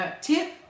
Tip